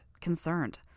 concerned